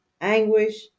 anguish